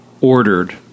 ordered